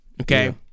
okay